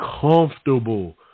comfortable